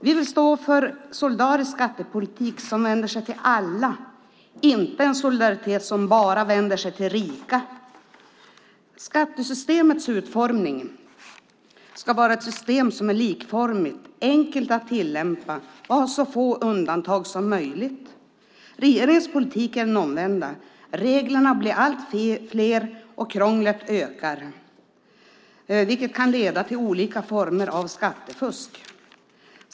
Vi vill stå för en solidarisk skattepolitik som vänder sig till alla, inte en solidaritet som bara vänder sig till rika. Skattesystemet ska vara ett system som är likformigt, enkelt att tillämpa och ha så få undantag som möjligt. Regeringens politik är den omvända. Reglerna blir allt fler, och krånglet ökar. Det kan leda till olika former av skattefusk.